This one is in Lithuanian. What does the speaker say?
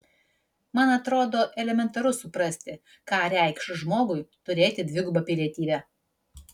man atrodo elementaru suprasti ką reikš žmogui turėti dvigubą pilietybę